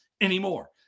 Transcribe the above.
anymore